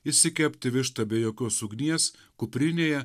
išsikepti vištą be jokios ugnies kuprinėje